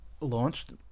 launched